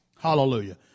Hallelujah